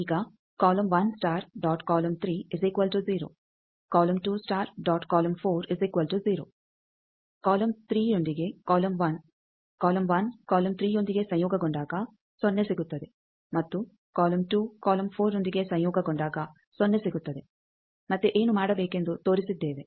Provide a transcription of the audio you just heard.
ಈಗ ಕಾಲಮ್ 3ರೊಂದಿಗೆ column 1 column 1 column 3ಯೊಂದಿಗೆ ಸಂಯೋಗಗೊಂಡಾಗ ಸೊನ್ನೆ ಸಿಗುತ್ತದೆ ಮತ್ತು ಕಾಲಮ್ 2 ಕಾಲಮ್ 4ರೊಂದಿಗೆ ಸಂಯೋಗಗೊಂಡಾಗ ಸೊನ್ನೆ ಸಿಗುತ್ತದೆ ಮತ್ತೆ ಏನು ಮಾಡಬೇಕೆಂದು ತೋರಿಸಿದ್ದೇವೆ